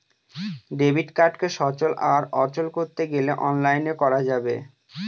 debit কার্ডকে সচল আর অচল করতে গেলে অনলাইনে করা যাবে